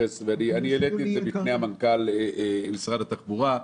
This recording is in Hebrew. בפני מנכ"ל משרד התחבורה,